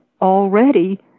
already